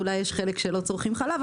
אולי יש חלק שלא צורכים חלב,